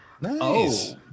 Nice